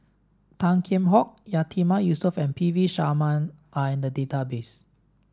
Tan Kheam Hock Yatiman Yusof and P V Sharma are in the database